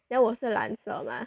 then 我是蓝色嘛